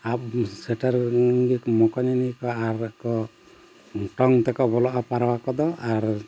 ᱟᱵ ᱥᱮᱴᱮᱨ ᱮᱱ ᱜᱮᱠᱚ ᱢᱚᱠᱚᱧᱮᱱ ᱜᱮᱠᱚ ᱟᱨ ᱠᱚ ᱴᱚᱝ ᱛᱮᱠᱚ ᱵᱚᱞᱚᱜᱼᱟ ᱯᱟᱣᱨᱟ ᱠᱚᱫᱚ ᱟᱨ